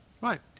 Right